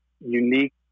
unique